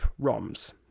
ROMs